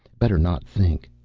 better not think.